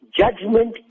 judgment